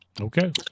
Okay